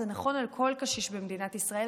זה נכון על כל קשיש במדינת ישראל,